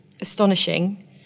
astonishing